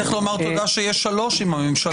צריך לומר תודה שיש שלוש עם הממשלה הזאת.